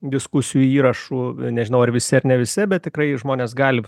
diskusijų įrašų nežinau ar visi ar ne visi bet tikrai žmonės gali